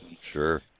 Sure